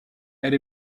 elle